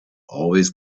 always